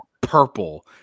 purple